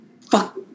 fuck